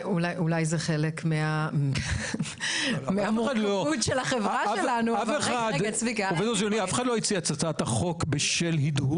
גם דעת המיעוט שלו לא נבעה מזה שזה חייל או